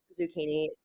zucchini